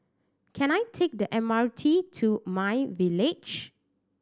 can I take the M R T to MyVillage